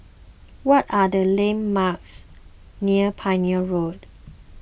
what are the landmarks near Pioneer Road